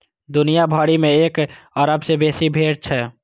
दुनिया भरि मे एक अरब सं बेसी भेड़ छै